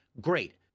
Great